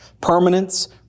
permanence